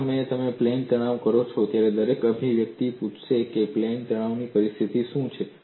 જે સમયે તમે પ્લેન તણાવ કરો છો દરેક વ્યક્તિ પૂછશે કે પ્લેન તણાવની પરિસ્થિતિ શું છે